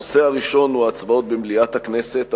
הנושא הראשון הוא הצבעות במליאת הכנסת.